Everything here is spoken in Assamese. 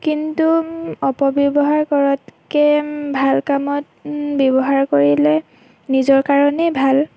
কিন্তু অপব্য়ৱহাৰ কৰাতকৈ ভাল কামত ব্য়ৱহাৰ কৰিলে নিজৰ কাৰণেই ভাল